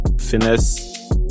Finesse